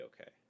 okay